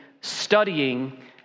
studying